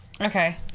Okay